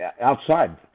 outside